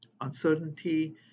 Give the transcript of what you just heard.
Uncertainty